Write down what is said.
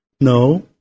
No